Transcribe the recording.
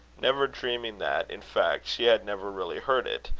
never dreaming that, in fact, she had never really heard it,